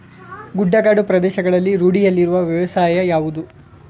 ಗುಡ್ಡಗಾಡು ಪ್ರದೇಶಗಳಲ್ಲಿ ರೂಢಿಯಲ್ಲಿರುವ ವ್ಯವಸಾಯ ಯಾವುದು?